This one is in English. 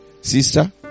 sister